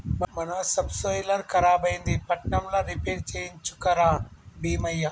మన సబ్సోయిలర్ ఖరాబైంది పట్నంల రిపేర్ చేయించుక రా బీమయ్య